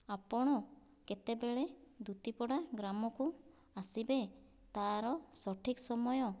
ଆପଣ କେତେବେଳେ ଦୁତିପଡ଼ା ଗ୍ରାମକୁ ଆସିବେ ତାର ସଠିକ୍ ସମୟ